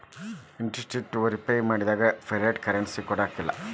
identity verify ಮಾಡ್ಲಾರ್ದ fiat currency ಕೊಡಂಗಿಲ್ಲಾ